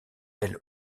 elle